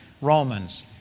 Romans